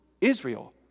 Israel